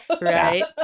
right